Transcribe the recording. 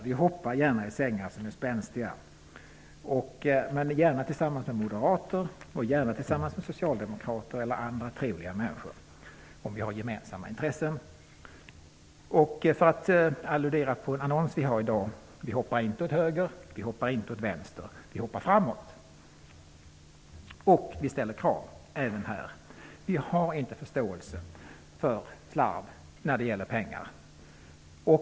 Vi hoppar gärna i sängar som är spänstiga, gärna tillsammans med moderater och socialdemokrater eller andra trevliga människor, om vi har gemensamma intressen. För att alludera på en annons som vi har i dag: Vi hoppar inte åt höger, vi hoppar inte åt vänster, vi hoppar framåt! Och vi ställer krav. Vi har inte förståelse för slarv när det gäller pengar.